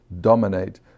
dominate